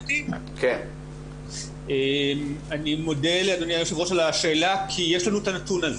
אני מודה לאדוני היושב ראש על השאלה כי יש לנו את הנתון הזה.